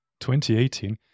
2018